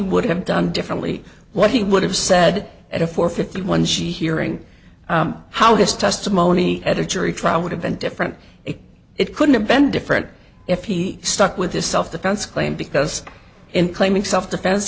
would have done differently what he would have said at a four fifty one she hearing how this testimony at a jury trial would have been different if it couldn't have ben different if he stuck with this self defense claim because in claiming self defense